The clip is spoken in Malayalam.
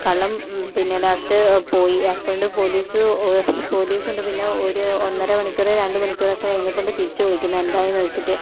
കള്ളൻ പിന്നെ ലാസ്റ്റ് പോയി അപ്പോഴൊണ്ട് പോലീസ് പോലീസൊണ്ട് പിന്നെ ഒരു ഒന്നര മണിക്കൂറ് രണ്ട് മണിക്കൂറൊക്കെ കഴിഞ്ഞപ്പൊണ്ട് തിരിച്ചു വിളിക്കുന്നു എന്തായി എന്ന് ചോദിച്ചിട്ട്